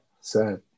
sad